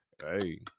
Hey